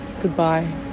Goodbye